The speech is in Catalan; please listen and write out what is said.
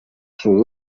sud